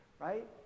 right